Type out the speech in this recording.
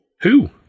Who